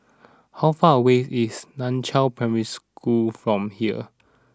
how far away is Nan Chiau Primary School from here